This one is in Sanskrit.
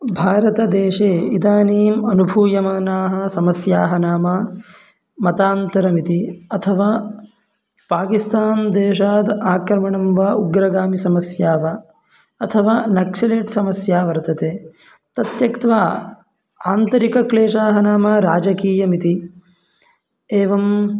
भारतदेशे इदानीम् अनुभूयमानाः समस्याः नाम मतान्तरमिति अथवा पाकिस्तान् देशाद् आक्रमणं वा उग्रगामिसमस्या वा अथवा नक्सलेट् समस्या वर्तते तत्यक्त्वा आन्तरिकक्लेशाः नाम राजकीयमिति एवं